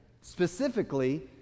specifically